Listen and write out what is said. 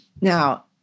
Now